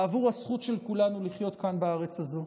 בעבור הזכות של כולנו לחיות כאן בארץ הזו.